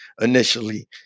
initially